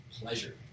pleasure